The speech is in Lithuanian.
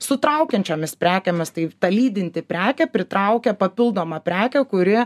su traukiančiomis prekėmis tai ta lydinti prekė pritraukia papildomą prekę kuri